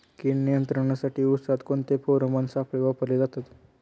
कीड नियंत्रणासाठी उसात कोणते फेरोमोन सापळे वापरले जातात?